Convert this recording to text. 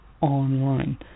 online